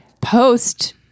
Post